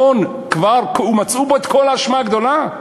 כבר מצאו בו את כל האשמה הגדולה?